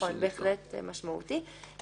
נכון, זה בהחלט משמעותי.